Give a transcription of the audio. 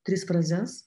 tris frazes